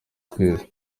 twese